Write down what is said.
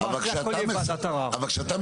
(ג) ....